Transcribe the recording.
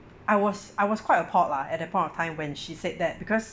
I was I was quite appalled lah at that point of time when she said that because